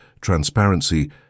transparency